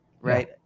right